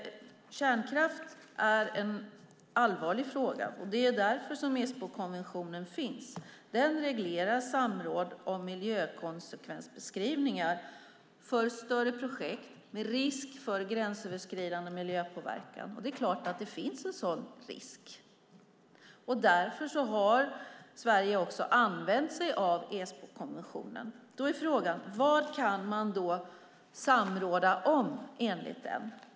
Kärnkraft är en allvarlig fråga. Det är därför som Esbokonventionen finns. Den reglerar samråd och miljökonsekvensbeskrivningar för större projekt med risk för gränsöverskridande miljöpåverkan. Det är klart att det finns en sådan risk. Därför har Sverige också använt sig av Esbokonventionen. Då är frågan: Vad kan man samråda om enligt den?